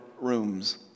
rooms